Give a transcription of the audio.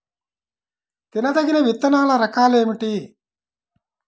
తినదగిన విత్తనాల రకాలు ఏమిటి?